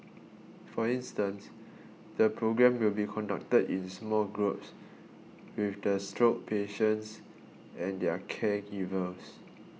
for instance the programme will be conducted in small groups with the stroke patients and their caregivers